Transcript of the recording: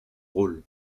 rôle